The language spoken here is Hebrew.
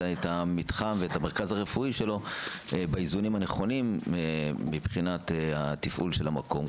המתחם ואת המרכז הרפואי שלו באיזונים הנכונים מבחינת התפעול של המקום,